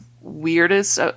weirdest